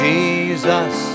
Jesus